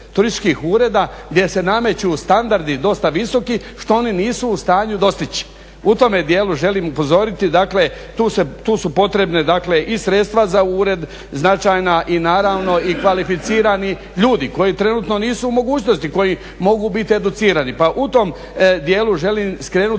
turističkih ureda gdje se nameću standardi dosta visoki što oni nisu u stanju dostići. U tome dijelu želim upozoriti dakle tu su potrebne i sredstva za ured značajna i naravno i kvalificirani ljudi koji trenutno nisu u mogućnosti, koji mogu biti educirani pa u tom dijelu želim skrenuti